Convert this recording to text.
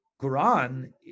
quran